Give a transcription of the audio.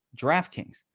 DraftKings